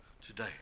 today